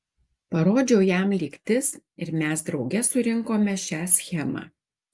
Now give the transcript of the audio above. parodžiau jam lygtis ir mes drauge surinkome šią schemą